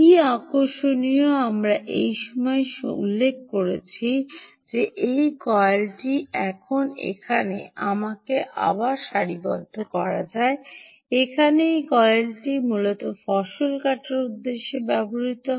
কি আকর্ষণীয় এবং আমরা এই শেষ সময় উল্লেখ করেছি যে এই কয়েলটি এখানে এখানে আমাকে আবার সারিবদ্ধ করা যাক এখানে এই কয়েলটি মূলত ফসল কাটার উদ্দেশ্যে ব্যবহৃত হয়